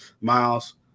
Miles